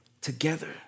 Together